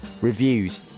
reviews